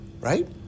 Right